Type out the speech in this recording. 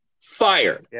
Fire